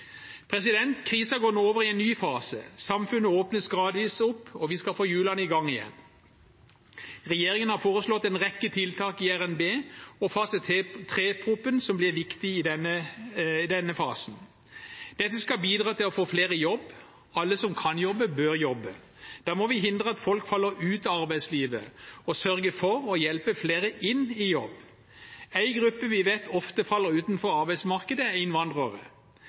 går nå over i en ny fase. Samfunnet åpnes gradvis opp, og vi skal få hjulene i gang igjen. Regjeringen har foreslått en rekke tiltak i RNB, og fase 3-proposisjonen som blir viktig i denne fasen. Dette skal bidra til å få flere i jobb – alle som kan jobbe, bør jobbe. Da må vi hindre at folk faller ut av arbeidslivet, og sørge for å hjelpe flere inn i jobb. Én gruppe vi vet ofte faller utenfor arbeidsmarkedet, er innvandrere,